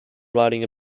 writing